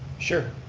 sure.